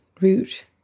root